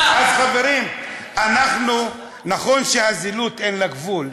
אז, חברים, נכון שלזילות אין גבול,